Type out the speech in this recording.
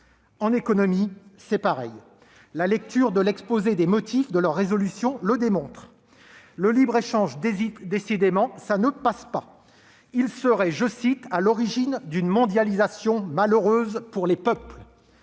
En économie, c'est pareil. La lecture de l'exposé des motifs de leur proposition de résolution le démontre : le libre-échange, décidément, ça ne passe pas, serait, selon eux, « à l'origine d'une " mondialisation malheureuse " pour les peuples ».